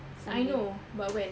I know but when